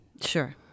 Sure